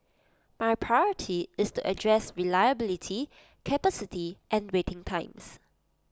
my priority is to address reliability capacity and waiting times